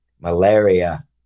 malaria